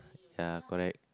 ya correct